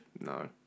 No